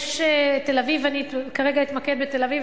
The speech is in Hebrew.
אני כרגע אתמקד בתל-אביב,